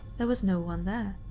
there was no one there.